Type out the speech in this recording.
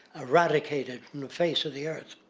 eradicated from the face of the earth.